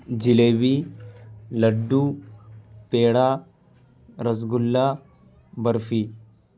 جلبوی laddu peda rasgulla barfi